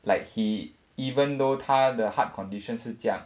like he even though 他的 heart condition 是这样